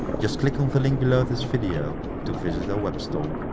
just click on the link below this video to visit our webstore!